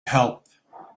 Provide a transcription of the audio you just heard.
help